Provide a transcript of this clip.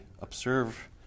observe